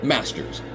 Masters